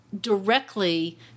directly